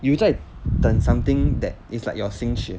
you 在等 something that is like your 心血